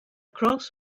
cross